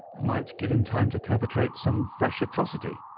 might give him time to perpetrate some fresh atrocity.